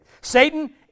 Satan